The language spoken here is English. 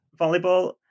volleyball